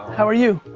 how are you?